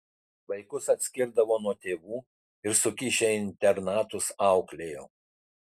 vaikus atskirdavo nuo tėvų ir sukišę į internatus auklėjo